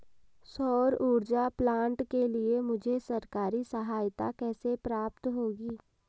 सौर ऊर्जा प्लांट के लिए मुझे सरकारी सहायता कैसे प्राप्त होगी?